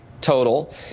total